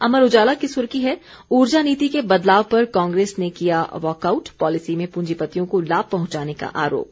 अमर उजाला की सुर्खी है उर्जा नीति के बदलाव पर कांग्रेस ने किया वॉकआउट पॉलीसी में प्रंजीपतियों को लाभ पहचाने का आरोप